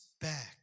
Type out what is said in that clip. back